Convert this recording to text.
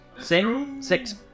six